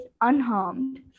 unharmed